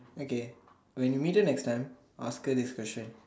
okay when you meet her next time ask her this question